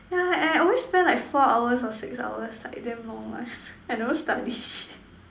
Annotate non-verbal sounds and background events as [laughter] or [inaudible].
yeah I always spend like four hours or six hours like damn long [noise] I never study shit